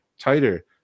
tighter